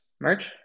Merch